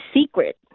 secret